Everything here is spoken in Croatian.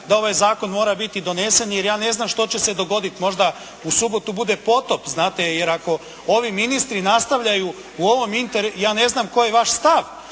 da ovaj Zakon mora biti donesen, jer ja ne znam što će se dogoditi. Možda u subotu bude potop, jer ako ovi ministri nastavljaju u ovom, ja ne znam koji je vaš stav,